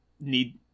need